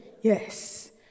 Yes